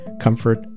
comfort